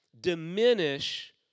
diminish